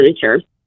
furniture